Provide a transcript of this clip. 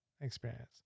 experience